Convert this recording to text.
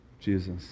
jesus